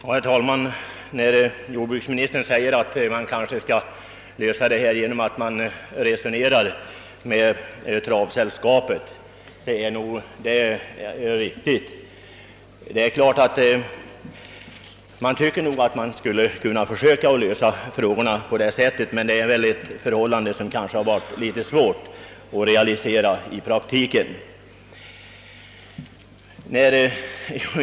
Herr talman! Jordbruksministerns uttalande att man bör lösa frågan genom att resonera med travsällskapet är i och för sig riktigt. Emellertid är det nog litet svårt att realisera det i praktiken.